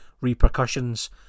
repercussions